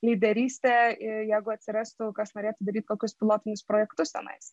lyderystę i jeigu atsirastų kas norėtų daryti kokius pilotinius projektus tenais